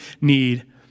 need